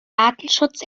datenschutz